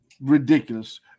Ridiculous